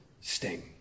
sting